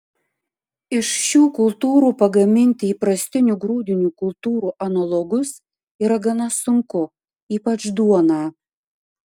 iš šių kultūrų pagaminti įprastinių grūdinių kultūrų analogus yra gana sunku ypač duoną